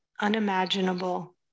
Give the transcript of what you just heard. unimaginable